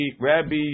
Rabbi